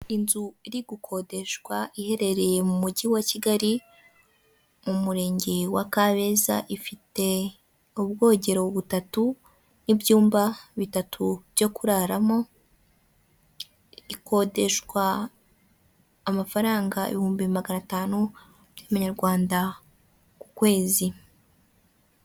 Inzu iri gukodeshwa iherereye mu mujyi wa kigali, mu Murenge wa Kabeza, ifite ubwogero butatu n'ibyumba bitatu byo kuraramo, ikodeshwa amafaranga ibihumbi magana atanu mu manyarwanda ku kwezi.